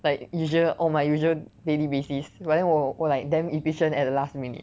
like usual on my usual daily basis but then 我我 like damn efficient at the last minute